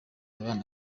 abana